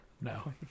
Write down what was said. no